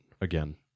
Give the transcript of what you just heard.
again